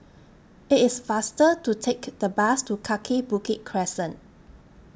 IT IS faster to Take The Bus to Kaki Bukit Crescent